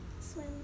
Swim